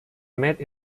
made